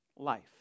life